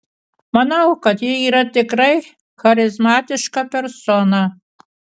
manau kad ji yra tikrai charizmatiška persona